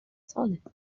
solid